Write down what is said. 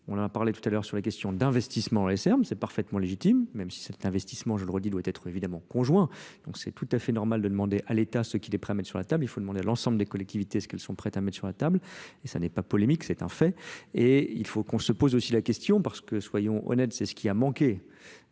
On a parlé tout à l'heure sur les questions d'investissement, mais c'est parfaitement légitime, même si cet investissement, je doit être évidemment conjoint, donc c'est tout à fait normal, demander à l'état ce qui est prêt à mettre sur la table, il faut demander à l'ensemble des collectivités, est ce qu'elles sont prêtes à mettre sur la table, et ça n'est pas polémique, c'est un fait et il faut qu'on se pose aussi la question parce que soyons honnête, c'est ce qui a manqué